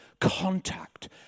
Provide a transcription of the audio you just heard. contact